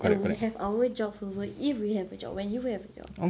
and we have our jobs also if we have a job when you have a job